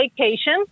vacation